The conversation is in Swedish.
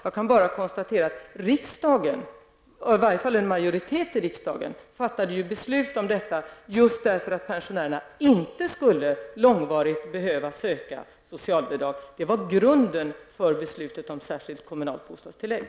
Jag kan bara konstatera att riksdagen -- i varje fall en majoritet i riksdagen -- fattade beslut om kompensationen just för att pensionärerna inte skulle behöva långvarigt få socialbidrag. Det var grunden för beslutet om särskilt kommunalt bostadstillägg.